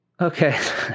okay